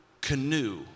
canoe